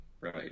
Right